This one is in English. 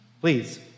Please